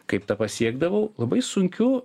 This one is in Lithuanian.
kaip tą pasiekdavau labai sunkiu